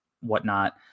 whatnot